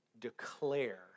declare